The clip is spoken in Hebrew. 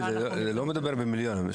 לא מדובר במיליונים.